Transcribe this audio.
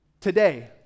Today